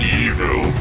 evil